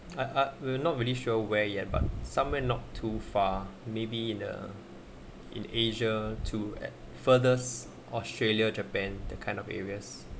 I I we're not really sure where yet but somewhere not too far maybe in a in asia to at furthest australia japan the kind of areas